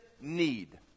need